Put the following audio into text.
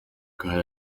kandi